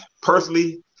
personally